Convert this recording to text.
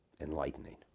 enlightening